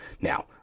Now